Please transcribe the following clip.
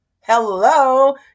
Hello